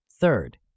Third